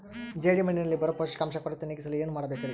ಜೇಡಿಮಣ್ಣಿನಲ್ಲಿ ಬರೋ ಪೋಷಕಾಂಶ ಕೊರತೆ ನೇಗಿಸಲು ಏನು ಮಾಡಬೇಕರಿ?